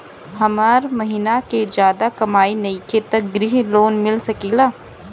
हमर महीना के ज्यादा कमाई नईखे त ग्रिहऽ लोन मिल सकेला?